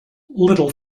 little